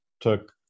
took